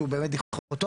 שהוא באמת דיכוטומי,